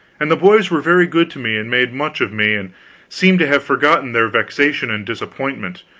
and the boys were very good to me, and made much of me, and seemed to have forgotten their vexation and disappointment,